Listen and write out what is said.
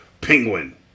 Penguin